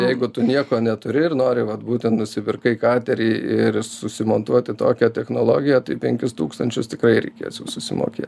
jeigu tu nieko neturi ir nori vat būtent nusipirkai katerį ir susimontuoti tokią technologiją tai penkis tūkstančius tikrai reikės jau susimokė